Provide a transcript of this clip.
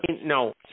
No